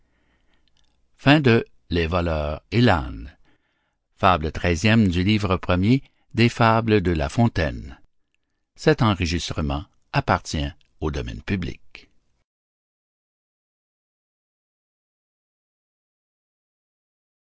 les fables de la fontaine